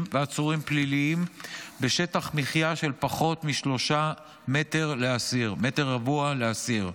ועצורים פליליים בשטח מחיה של פחות מ-3 מטר רבוע לאסיר.